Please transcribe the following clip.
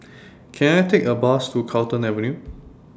Can I Take A Bus to Carlton Avenue